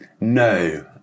No